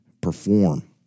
perform